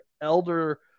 elder